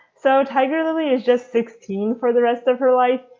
so tiger lily is just sixteen for the rest of her life.